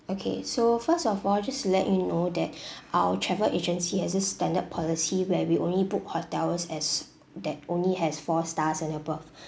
okay so first of all just to let you know that our travel agency has this standard policy where we only book hotels as that only has four stars and above